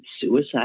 suicide